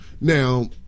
Now